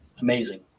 amazing